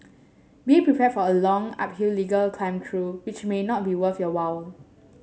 be prepared for a long uphill legal climb though which may not be worth your while